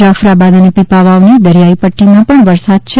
જાફરાબાદ અને પીપાવાવની દરિયાઈ પટ્ટીમાં પણ વરસાદ છે